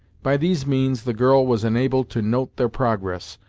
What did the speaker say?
by these means the girl was enabled to note their progress,